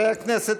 חברי הכנסת,